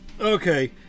okay